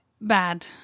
bad